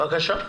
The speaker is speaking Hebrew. בבקשה.